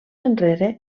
enrere